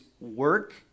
work